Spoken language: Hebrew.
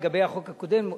לגבי החוק הקודם,